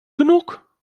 genug